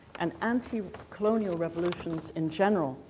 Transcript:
and anti-colonial revolutions in general,